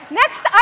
next